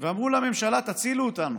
ואמרו לממשלה: תצילו אותנו,